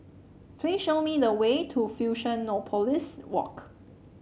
please show me the way to Fusionopolis Walk